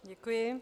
Děkuji.